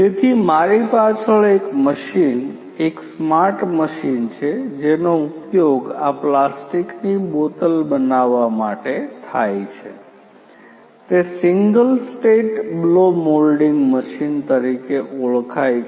તેથી મારી પાછળ એક મશીન એક સ્માર્ટ મશીન છે જેનો ઉપયોગ આ પ્લાસ્ટિકની બોટલ બનાવવા માટે થાય છે તે single stage blow moulding machine તરીકે ઓળખાય છે